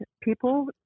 people